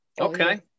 Okay